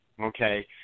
okay